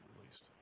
released